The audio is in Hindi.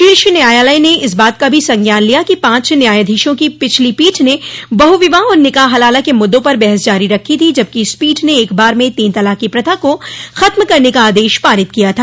शीर्ष न्यायालय ने इस बात का भी संज्ञान लिया कि पांच न्यायाधीशों की पिछली पीठ ने बहु विवाह और निकाह हलाला के मुद्दों पर बहस जारी रखी थी जबकि इस पीठ ने एक बार में तीन तलाक की प्रथा को खत्म करने का आदेश पारित किया था